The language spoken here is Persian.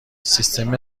سیستم